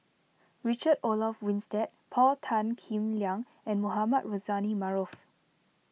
Richard Olaf Winstedt Paul Tan Kim Liang and Mohamed Rozani Maarof